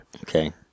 Okay